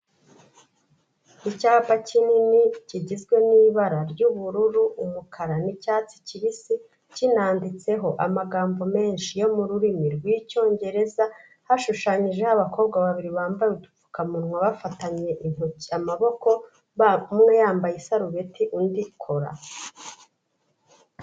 Icyapa kinini kigizwe n'ibara ry'ubururu, umukara n'icyatsi kibisi kinanditseho amagambo menshi yo mu rurimi rw'icyongereza, hashushanyijeho abakobwa babiri bambaye udupfukamunwa bafatanye intoki amaboko umwe yambaye isarubeti undi cora.